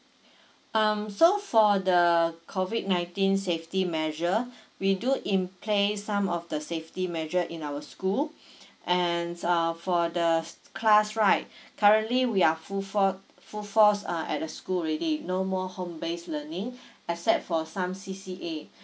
um so for the COVID nineteen safety measure we do in place some of the safety measure in our school and uh for the class right currently we are full for~ full force uh at the school already no more home based learning except for some C_C_A